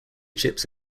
chips